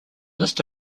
list